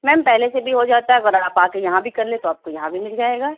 میم پہلے سے بھی ہو جاتا ہے اگر آپ آ کے یہاں بھی کر لیں تو آپ کو یہاں بھی مل جائے گا